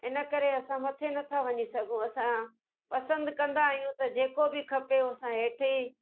इन करे असां मथे नथा वञी सघूं असां पसंदि कंदा आहियूं त जेको बि खपे उहो असां हेठि ई